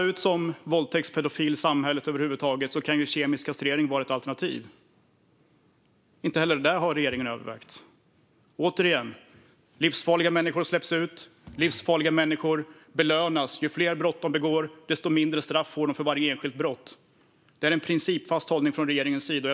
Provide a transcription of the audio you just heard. Ska en våldtäktspedofil över huvud taget komma ut i samhället kan kemisk kastrering vara ett alternativ. Inte heller detta har regeringen övervägt. Återigen - livsfarliga människor släpps ut, och livsfarliga människor belönas. Ju fler brott de begår, desto lägre straff får de för varje enskilt brott. Det är en principfast hållning från regeringens sida.